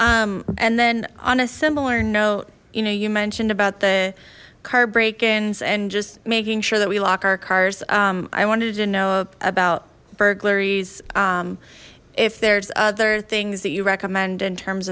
and then on a similar note you know you mentioned about the car break ins and just making sure that we lock our cars i wanted to know about burglaries if there's other things that you recommend in terms